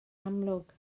amlwg